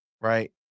Right